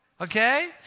Okay